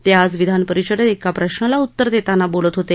ते आज विधानपरिषदेत एका प्रश्राला उत्तर देताना बोलत होते